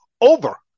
over